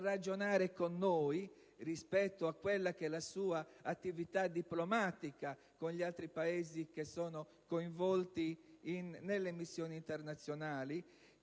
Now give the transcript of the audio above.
ragionare con noi rispetto alla sua attività diplomatica con gli altri Paesi coinvolti nelle missioni internazionali